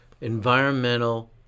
environmental